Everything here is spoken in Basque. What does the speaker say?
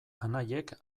anaiek